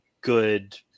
good